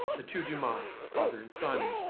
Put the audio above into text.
the two dumas father and son,